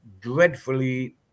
dreadfully